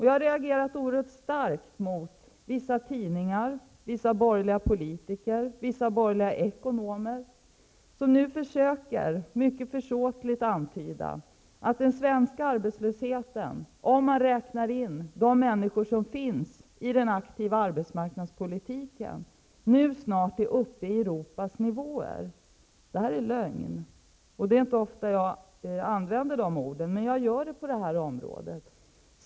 Jag har reagerat oerhört starkt mot vissa tidningar, vissa borgerliga politiker, vissa borgerliga ekonomer, som mycket försåtligt försöker antyda att den svenska arbetslösheten, om man räknar in de människor som finns i den aktiva arbetsmarknadspolitiken, nu snart är uppe på Europas nivåer. Detta är lögn. Det är inte ofta jag använder det ordet, men jag gör det på det här området.